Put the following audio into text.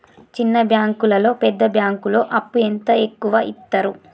చిన్న బ్యాంకులలో పెద్ద బ్యాంకులో అప్పు ఎంత ఎక్కువ యిత్తరు?